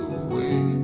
away